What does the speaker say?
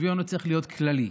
השוויון צריך להיות כללי.